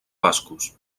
bascos